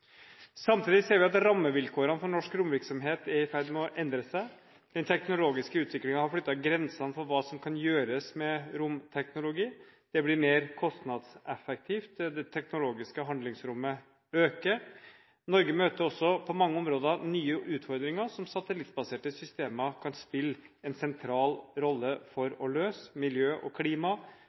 Samtidig ser vi at rammevilkårene for norsk romvirksomhet er i ferd med å endre seg. Den teknologiske utviklingen har flyttet grensene for hva som kan gjøres med romteknologi. Det blir mer kostnadseffektivt, og det teknologiske handlingsrommet øker. Norge møter også på mange områder nye utfordringer som satellittbaserte systemer kan spille en sentral rolle for å løse: miljø og klima,